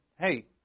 hey